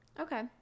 Okay